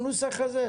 למחוברים,